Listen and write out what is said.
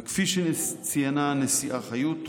וכפי שציינה הנשיאה חיות,